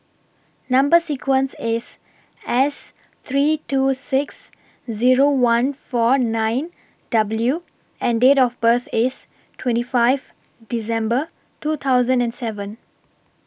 Number sequence IS S three two six Zero one four nine W and Date of birth IS twenty five December two thousand and seven